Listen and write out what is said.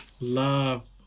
love